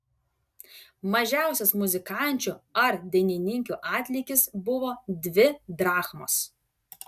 mažiausias muzikančių ar dainininkių atlygis buvo dvi drachmos